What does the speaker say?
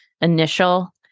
initial